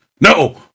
No